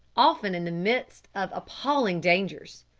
often in the midst of appalling dangers.